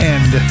End